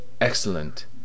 Excellent